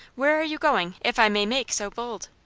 where are you going, if i may make so bold?